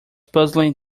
puzzling